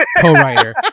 co-writer